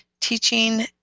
teaching